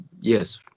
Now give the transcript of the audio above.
Yes